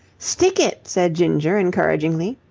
stick it! said ginger, encouragingly.